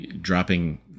Dropping